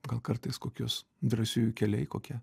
gal kartais kokius drąsiųjų keliai kokia